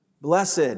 Blessed